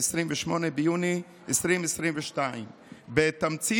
28 ביוני 2022. בתמצית,